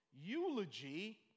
eulogy